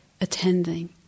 attending